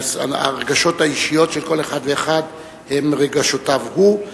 ההרגשות האישיות של כל אחד ואחד הן רגשותיו הוא,